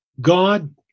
God